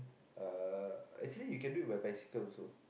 uh actually you can do it where bicycle also